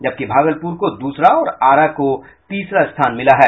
जबकि भागलपुर को दूसरा और आरा को तीसरा स्थान मिला है